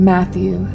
Matthew